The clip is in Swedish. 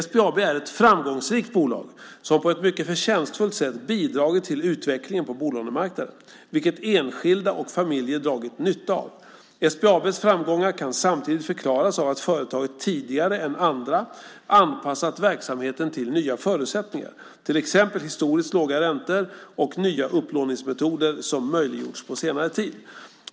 SBAB är ett framgångsrikt bolag som på ett mycket förtjänstfullt sätt har bidragit till utvecklingen på bolånemarknaden, vilket enskilda och familjer har dragit nytta av. SBAB:s framgångar kan samtidigt förklaras av att företaget tidigare än andra anpassat verksamheten till nya förutsättningar, till exempel historiskt låga räntor och nya upplåningsmetoder som möjliggjorts på senare tid.